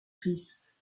triste